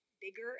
bigger